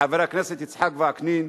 חבר הכנסת יצחק וקנין,